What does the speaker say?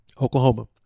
Oklahoma